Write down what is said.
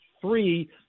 three